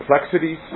complexities